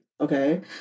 Okay